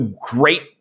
great